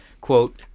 quote